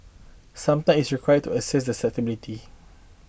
some time is required to assess their suitability